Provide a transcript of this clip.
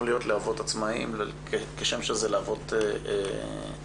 להיות לאבות עצמאיים כשם שזה לאבות שכירים.